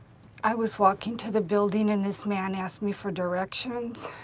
i was walking to the building and this man asked me for directions,